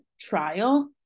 trial